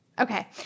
Okay